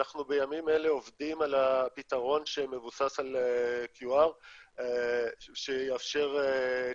אנחנו בימים אלה עובדים על פתרון שמבוסס על QR שיאפשר צ'ק-אינים.